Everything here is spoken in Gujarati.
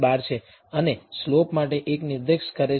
12 છે અને સ્લોપ માટે એક નિર્દેશ કરે છે